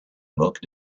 moque